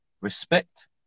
respect